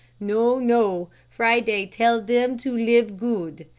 no, no, friday tell them to live good.